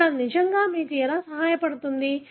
ఇప్పుడు ఇది నిజంగా మీకు ఎలా సహాయపడుతుంది